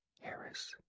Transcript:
Harris